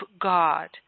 God